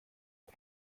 ibi